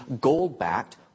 gold-backed